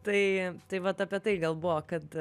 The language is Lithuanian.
tai tai vat apie tai gal buvo kad